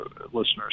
listeners